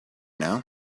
now